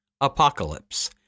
Apocalypse